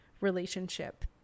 relationship